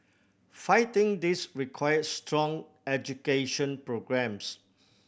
fighting this requires strong education programmes